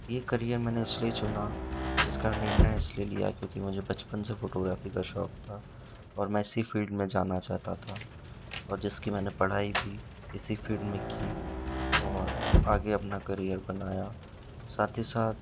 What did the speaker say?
ये करियर मैंने इस लिए चुना इसका निर्णय इस लिए लिया क्योंकि मुझे बचपन से फोटोग्राफी का शौक़ था और मैं इसी फील्ड में जाना चाहता था और जिसकी मैंने पढ़ाई भी इसी फील्ड में की और आगे अपना करियर बनाया साथ ही साथ